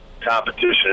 competition